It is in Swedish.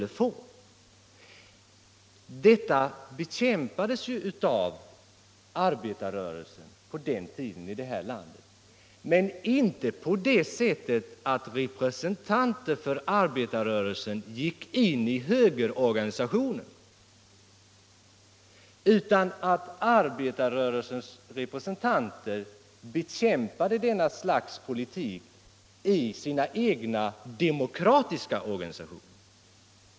Detta bekämpades ju av arbetarrörelsen på den tiden här i landet men inte på det sättet att representanter för arbetarrörelsen gick in i högerorganisationen utan genom att arbetarrörelsens representanter bekämpade detta slags politik i sina egna demokratiska organisationer.